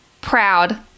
proud